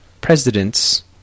presidents